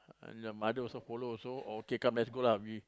and the mother also follow also okay come let's go lah we